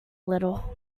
little